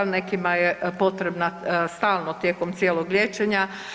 Nekima je potrebna stalno tijekom cijelog liječenja.